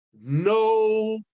no